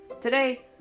Today